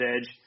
edge